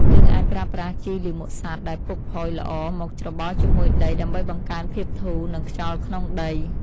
យើងអាចប្រើប្រាស់ជីលាមកសត្វដែលពុកផុយល្អមកច្របល់ជាមួយដី ដើម្បីបង្កើនភាពធូរ និងខ្យល់ក្នុងដី។